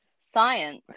science